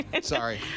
Sorry